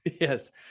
yes